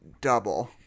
double